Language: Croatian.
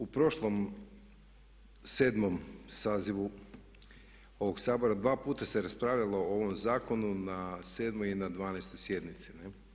U prošlom 7. sazivu ovog Sabora dva puta se raspravljalo o ovom zakonu na 7. i na 12. sjednici.